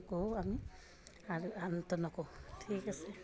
কওঁ আমি আৰু ঠিক আছে